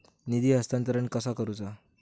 निधी हस्तांतरण कसा करुचा?